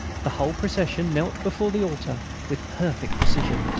the whole procession knelt before the altar with perfect precision,